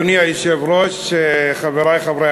של חבר הכנסת עיסאווי פריג' וקבוצת חברי הכנסת.